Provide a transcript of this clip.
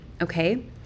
okay